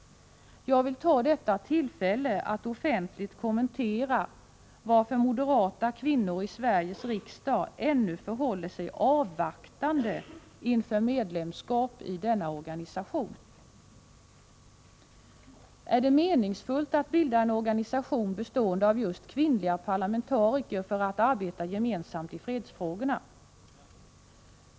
Jag vill ta detta tillfälle att offentligt kommentera varför moderata kvinnor i Sveriges riksdag ännu förhåller sig avvaktande inför medlemskap i denna organisation. Är det meningsfullt att bilda en organisation bestående av just kvinnliga parlamentariker för att arbeta gemensamt i fredsfrågorna?